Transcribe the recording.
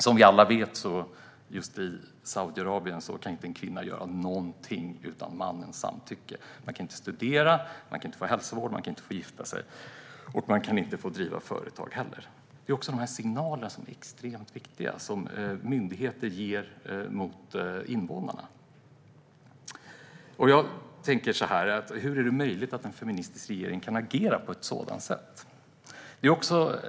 Som vi alla vet kan kvinnor i Saudiarabien inte göra någonting utan mannens samtycke. Hon kan inte studera, hon kan inte få hälsovård, hon kan inte gifta sig och inte heller driva företag. De signaler som myndigheter sänder till invånarna är extremt viktiga. Jag undrar: Hur är det möjligt att en feministisk regering kan agera på ett sådant sätt?